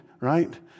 right